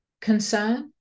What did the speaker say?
concern